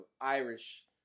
Irish